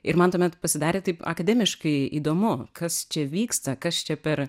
ir man tuomet pasidarė taip akademiškai įdomu kas čia vyksta kas čia per